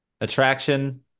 Attraction